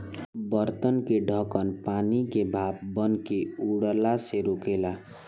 बर्तन के ढकन पानी के भाप बनके उड़ला से रोकेला